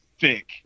thick